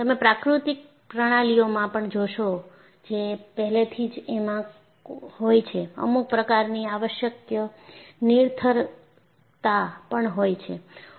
તમે પ્રાકૃતિક પ્રણાલીઓમાં પણ જોશોજે પહેલેથી જ એમાં હોઈ છે અમુક પ્રકારની આવશ્યક નિરર્થકતા પણ હોય છે